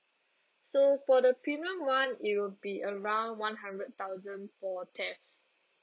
so for the premium one it will be around one hundred thousand for theft